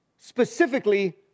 specifically